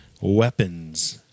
Weapons